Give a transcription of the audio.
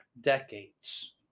decades